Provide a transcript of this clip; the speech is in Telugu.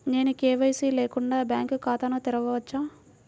నేను కే.వై.సి లేకుండా బ్యాంక్ ఖాతాను తెరవవచ్చా?